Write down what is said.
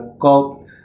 called